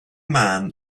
man